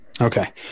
okay